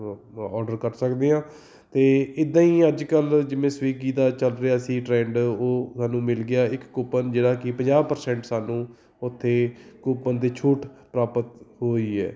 order ਕਰ ਸਕਦੇ ਹਾਂ ਅਤੇ ਇੱਦਾਂ ਹੀ ਅੱਜ ਕੱਲ੍ਹ ਜਿਵੇਂ ਸਵੀਗੀ ਦਾ ਚੱਲ ਰਿਹਾ ਸੀ ਟਰੈਂਡ ਉਹ ਸਾਨੂੰ ਮਿਲ ਗਿਆ ਇੱਕ ਕੂਪਨ ਜਿਹੜਾ ਕਿ ਪੰਜਾਹ ਪ੍ਰਸੈਂਟ ਸਾਨੂੰ ਉੱਥੇ ਕੂਪਨ 'ਤੇ ਛੂਟ ਪ੍ਰਾਪਤ ਹੋਈ ਹੈ